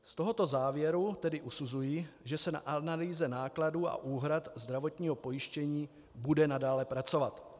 Z tohoto závěru tedy usuzuji, že se na analýze nákladů a úhrad zdravotního pojištění bude nadále pracovat.